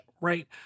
right